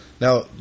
Now